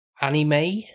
Anime